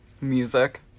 Music